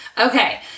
Okay